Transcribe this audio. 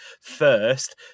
first